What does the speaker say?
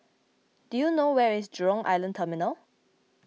do you know where is Jurong Island Terminal